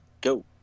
Go